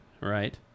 right